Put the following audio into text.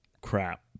crap